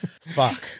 Fuck